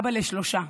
אבא לשלושה,